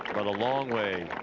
long way